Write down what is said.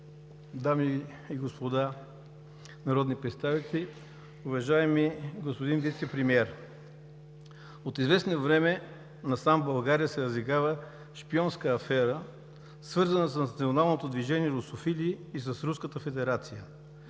дами и господа народни представители! Уважаеми господин Вицепремиер, от известно време насам в България се разиграва шпионска афера, свързана с Националното движение „Русофили“ и с Руската федерация.